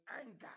anger